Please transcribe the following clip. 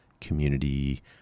community